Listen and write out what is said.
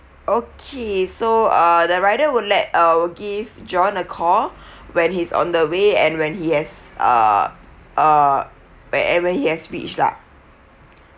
okay so uh the rider will let uh will give john a call when he's on the way and when he has uh uh whenever he has reached lah